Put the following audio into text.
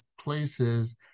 Places